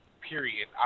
Period